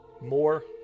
more